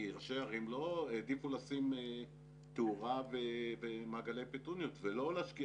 ראשי ערים העדיפו לשים תאורה ומעגלי פטוניות ולא להשקיע